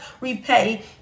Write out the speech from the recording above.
repay